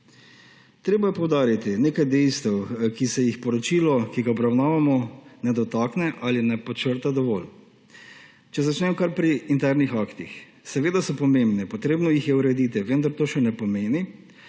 Treba je poudariti nekaj dejstev, ki se jih poročilo, ki ga obravnavamo, ne dotakne ali ne podčrta dovolj. Naj začnem kar pri internih aktih. Seveda so pomembni, treba jih je urediti, vendar to še ne pomeni,